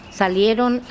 salieron